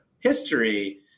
history